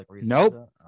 nope